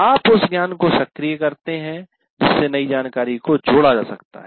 आप उस ज्ञान को सक्रिय करते हैं जिससे नई जानकारी को जोड़ा जा सकता है